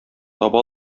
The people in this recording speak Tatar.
таба